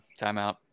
timeout